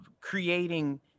creating